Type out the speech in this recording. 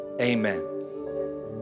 Amen